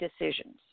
decisions